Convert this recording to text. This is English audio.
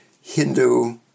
Hindu